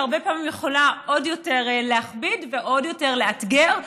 שהרבה פעמים יכולה עוד יותר להכביד ועוד יותר לאתגר,